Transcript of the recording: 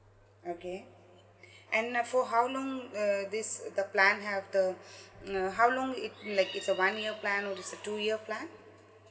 okay and uh for how long uh this the plan have the uh how long it like it's a one year plan or it's a two year plan